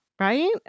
right